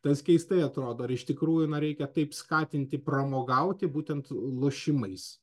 tas keistai atrodo ar iš tikrųjų na reikia taip skatinti pramogauti būtent lošimais